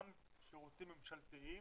גם שירותים ממשלתיים,